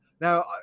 Now